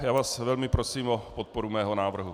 Já vás velmi prosím o podporu mého návrhu.